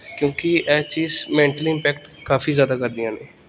ਕਿਉਂਕਿ ਇਹ ਚੀਜ਼ ਮੈਂਟਲੀ ਇੰਪੈਕਟ ਕਾਫੀ ਜ਼ਿਆਦਾ ਕਰਦੀਆਂ ਨੇ